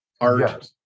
Art